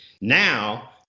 Now